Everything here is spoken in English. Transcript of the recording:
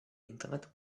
internet